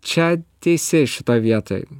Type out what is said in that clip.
čia teisi šitoj vietoj